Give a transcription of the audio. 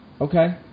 Okay